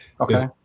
okay